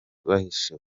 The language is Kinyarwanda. bahishiwe